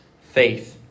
faith